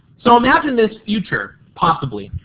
so, imagine this future possibly.